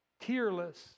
Tearless